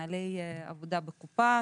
נוהלי עבודה בקופה,